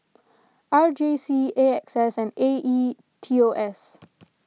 R J C A X S and A E T O S